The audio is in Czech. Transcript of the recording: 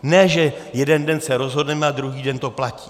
Ne že jeden den se rozhodneme a druhý den to platí.